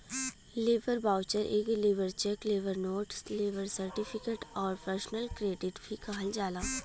labour voucher एके labour cheque, labour note, labour certificate आउर personal credit भी कहल जाला